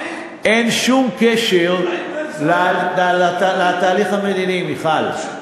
אזרחים, אין שום קשר לתהליך המדיני, מיכל.